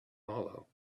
hollow